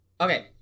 Okay